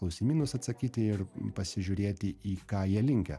klausimynus atsakyti ir pasižiūrėti į ką jie linkę